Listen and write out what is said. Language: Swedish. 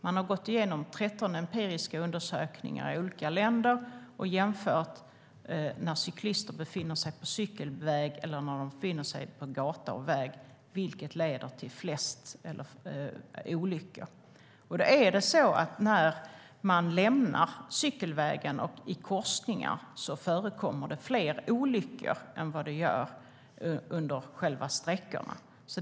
De har gått igenom 13 empiriska undersökningar i olika länder och jämfört vad som leder till flest olyckor, att cykla på cykelväg eller att cykla på gata och väg. När man lämnar cykelvägen och i korsningar förekommer det fler olyckor än under själva sträckorna.